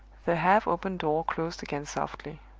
the half-opened door closed again softly.